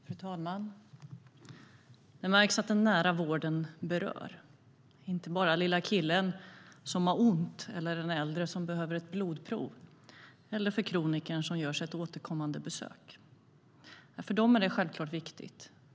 Fru talman! Det märks att den nära vården berör. Det gäller inte bara den lilla killen som har ont, den äldre som behöver ett blodprov eller kronikern som gör ett återkommande besök. För dem är det självklart viktigt.